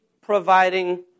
providing